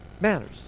matters